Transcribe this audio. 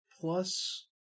plus